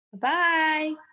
Bye